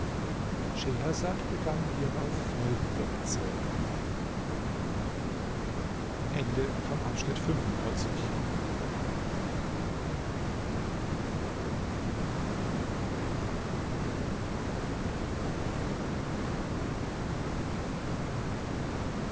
schehersad begann hierauf folgende erzählung